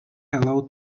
hello